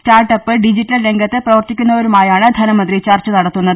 startup digital രംഗത്ത് പ്രവർത്തിക്കുന്നവരുമായാണ് ധനമന്ത്രി ചൂർച്ച നടത്തുന്നത്